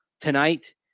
tonight